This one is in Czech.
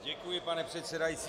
Děkuji, pane předsedající.